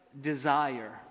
desire